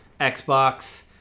Xbox